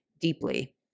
deeply